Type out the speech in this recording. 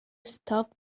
stop